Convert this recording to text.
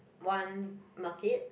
one market